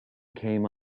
came